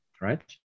right